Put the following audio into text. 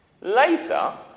Later